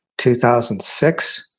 2006